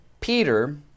Peter